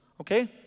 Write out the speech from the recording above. Okay